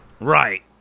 right